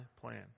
plan